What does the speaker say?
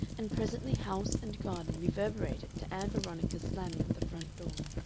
and presently house and garden reverberated to ann veronica's slamming of the front door.